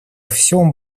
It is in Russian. всем